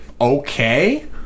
okay